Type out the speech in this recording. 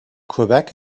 quebec